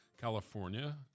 California